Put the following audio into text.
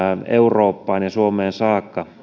eurooppaan ja suomeen saakka